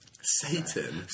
Satan